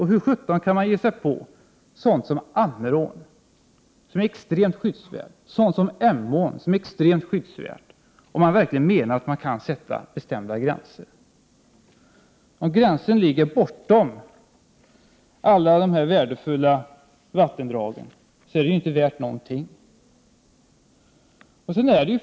Hur kan man ge sig på sådana vattendrag som Ammerån och Emån som ju är extremt skyddsvärda, om man verkligen menar allvar när man säger att man kan sätta bestämda gränser? Om gränsen ligger bortom alla dessa värdefulla vattendrag, är den ju inte värd någonting.